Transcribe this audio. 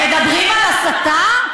מדברים על הסתה?